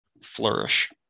flourish